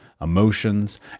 emotions